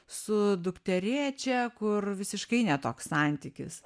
su dukterėčia kur visiškai ne toks santykis